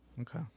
Okay